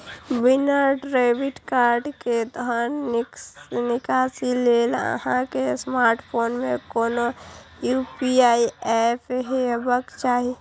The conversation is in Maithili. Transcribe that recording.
बिना डेबिट कार्ड के धन निकासी लेल अहां के स्मार्टफोन मे कोनो यू.पी.आई एप हेबाक चाही